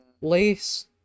Lace